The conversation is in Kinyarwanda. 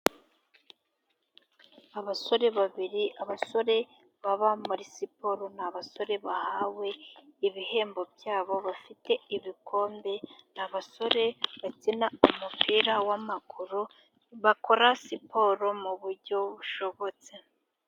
Abasore babiri, abasore baba muri siporo, ni abasore bahawe ibihembo byabo bafite ibikombe, abasore bakina umupira w'amaguru, bakora siporo mu buryo bushobotse.